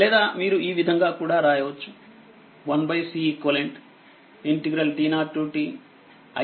లేదా మీరు ఈ విధంగా కూడా రాయవచ్చు 1Ceqt0ti dt v